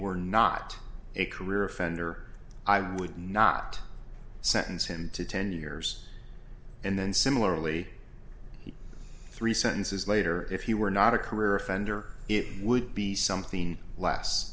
were not a career offender i'm would not sentence him to ten years and then similarly three sentences later if you were not a career offender it would be something less